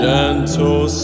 Gentle